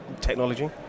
technology